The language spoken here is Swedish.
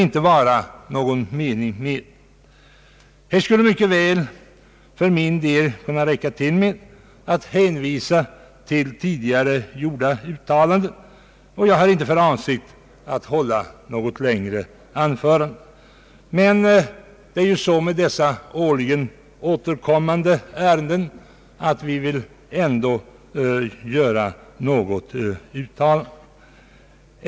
För min del skulle det mycket väl kunna räcka med att hänvisa till tidigare gjorda uttalanden, och jag har inte för avsikt att hålla något längre anförande. Men det är så med dessa årligen återkommande ärenden att vi ändå vill göra något uttalande.